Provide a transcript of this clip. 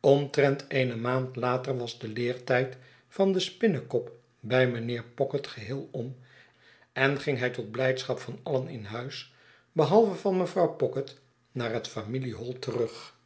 omtrent eene maand later was de leertijd van den spinnekop bij mynheer pocket geheel om en ging hij tot blijdschap van alien in huis behalve van mevrouw pocket naar het familie hol terug